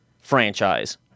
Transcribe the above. franchise